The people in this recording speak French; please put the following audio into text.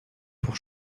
pour